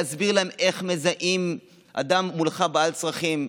להסביר להם איך מזהים אדם בעל צרכים מולך,